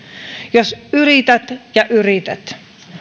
jos yrität ja yrität